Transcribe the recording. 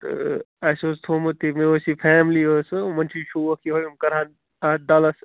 تہٕ اَسہِ اوس تھوٚومُت یہِ مےٚ اوس یہِ فیملی ٲس یِمن چھُ یہِ شوق یِہَے یِم کَرہن اَتھ ڈَلس